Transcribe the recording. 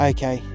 Okay